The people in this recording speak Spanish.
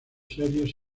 serios